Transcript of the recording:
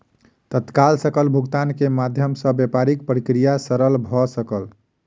तत्काल सकल भुगतान के माध्यम सॅ व्यापारिक प्रक्रिया सरल भ सकल